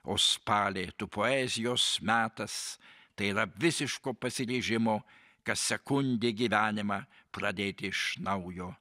o spali tu poezijos metas tai yra visiško pasiryžimo kas sekundę gyvenimą pradėti iš naujo